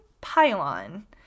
pylon